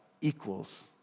equals